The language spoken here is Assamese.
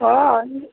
অঁ